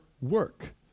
work